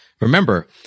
Remember